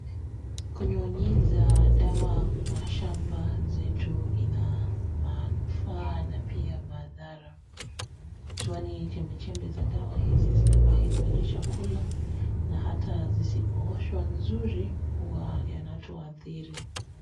Kunyunyiza dawa kwa shamba zetu ina manufaa na pia madhara, kwani chembechembe za dawa hizi zinabaki kwenye chakula, na hata zisipooshwa nzuri hua yanatuadhiri.